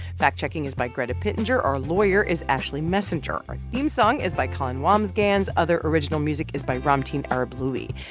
fact checking is by greta pittenger. our lawyer is ashley messenger our theme song is by colin wambsgans. other original music is by ramtin arablouei.